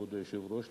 כבוד היושב-ראש,